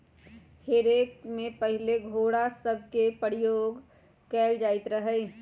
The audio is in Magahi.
हे रेक में पहिले घोरा सभके प्रयोग सेहो कएल जाइत रहै